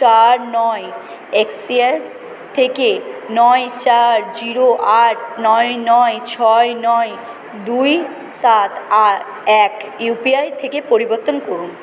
চার নয় এক্সসিয়াস থেকে নয় চার জিরো আট নয় নয় ছয় নয় দুই সাত আট এক ইউপিআই থেকে পরিবর্তন করুন